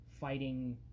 fighting